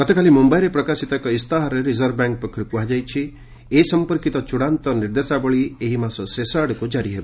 ଗତକାଲି ମୁମ୍ୟାଇରେ ପ୍ରକାଶିତ ଏକ ଇସ୍ତାହାରରେ ରିଜର୍ଭ ବ୍ୟାଙ୍କ୍ ପକ୍ଷରୁ କୁହାଯାଇଛି ଏ ସମ୍ପର୍କିତ ଚୂଡ଼ାନ୍ତ ନିର୍ଦ୍ଦେଶାବଳୀ ଏହି ମାସ ଶେଷ ଆଡ଼କୁ ଜାରି ହେବ